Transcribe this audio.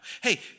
Hey